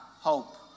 hope